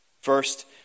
First